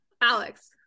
Alex